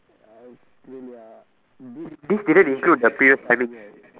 uh really ah this period is good the period timing right